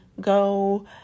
go